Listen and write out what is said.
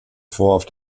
fort